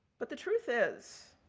but, the truth is,